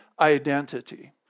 Identity